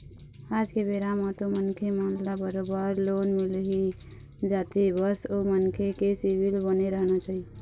आज के बेरा म तो मनखे मन ल बरोबर लोन मिलही जाथे बस ओ मनखे के सिविल बने रहना चाही